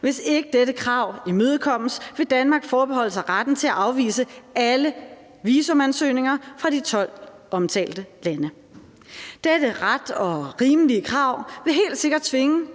Hvis ikke dette krav imødekommes, vil Danmark forbeholde sig retten til at afvise alle visumansøgninger fra de 12 omtalte lande. Dette ret og rimelige krav vil helt sikkert tvinge